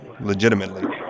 legitimately